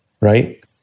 right